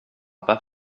pas